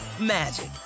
magic